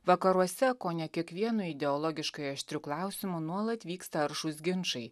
vakaruose kone kiekvienu ideologiškai aštriu klausimu nuolat vyksta aršūs ginčai